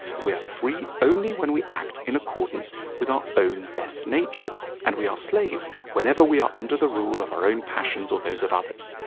we are free only when we act in accordance with our own best natures, and we are slaves whenever we are under the rule of our own passions or those of others.